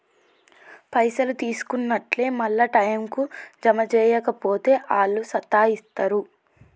పైసలు తీసుకున్నట్లే మళ్ల టైంకు జమ జేయక పోతే ఆళ్లు సతాయిస్తరు